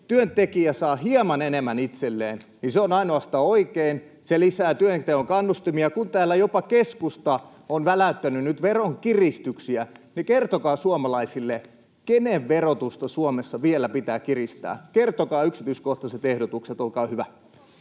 työntekijä saa hieman enemmän itselleen, niin se on ainoastaan oikein. Se lisää työnteon kannustimia. Kun täällä jopa keskusta on väläyttänyt nyt veronkiristyksiä, niin kertokaa suomalaisille: kenen verotusta Suomessa vielä pitää kiristää? Kertokaa yksityiskohtaiset ehdotukset, olkaa hyvä.